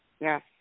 Yes